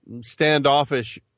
standoffish